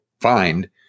find